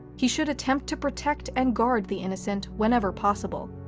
he should attempt to protect and guard the innocent whenever possible,